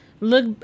look